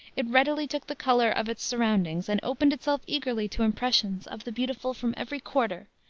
it readily took the color of its surroundings and opened itself eagerly to impressions of the beautiful from every quarter,